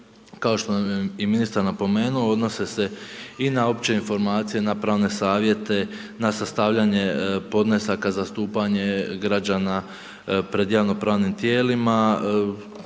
kao što nam je i ministar napomenuo, odnose se i na opće informacije i na pravne savjete, na sastavljanje podnesaka za zastupanje građana pred javno-pravnim tijelima